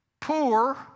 poor